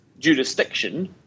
jurisdiction